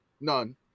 none